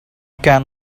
can